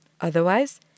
Otherwise